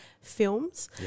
films